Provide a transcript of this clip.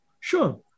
Sure